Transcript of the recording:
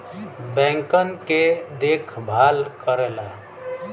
बैंकन के देखभाल करेला